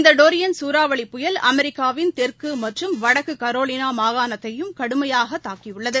இந்தடோரியன் சூறாவளிப் புயல் அமெரிக்காவின் தெற்குமற்றும் வடக்குகரோலினாமாகாணத்தையும் கடுமையாகதாக்கியுள்ளது